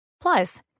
Plus